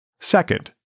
Second